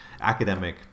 academic